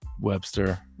Webster